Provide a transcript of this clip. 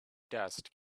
dust